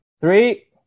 three